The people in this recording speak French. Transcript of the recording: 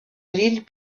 lille